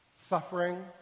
suffering